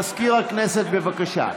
מזכיר הכנסת, בבקשה.